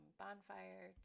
bonfire